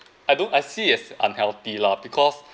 I don't I see as unhealthy lah because